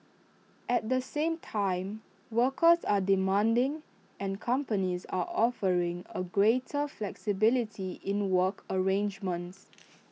at the same time workers are demanding and companies are offering A greater flexibility in work arrangements